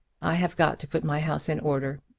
i have got to put my house in order.